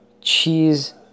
cheese